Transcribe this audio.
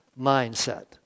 mindset